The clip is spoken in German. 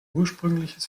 ursprüngliches